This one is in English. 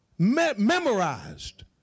Memorized